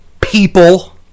people